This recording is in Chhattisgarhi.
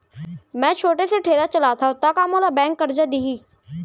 मैं छोटे से ठेला चलाथव त का मोला बैंक करजा दिही?